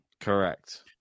Correct